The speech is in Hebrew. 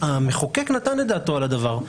המחוקק נתן את דעתו על הדבר.